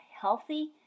healthy